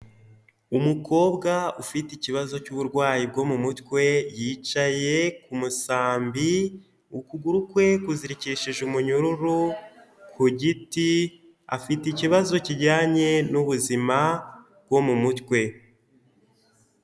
Umukobwa ufite ikibazo cy'uburwayi bwo mu mutwe yicaye ku musambi ukuguru kwe kuzirikishije umunyururu ku giti afite ikibazo kijyanye n'ubuzima bwo mu mutwe.